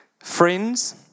friends